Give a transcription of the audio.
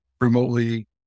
remotely